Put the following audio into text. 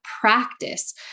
practice